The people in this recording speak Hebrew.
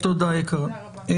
תודה, יקרה.